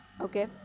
okay